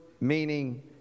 meaning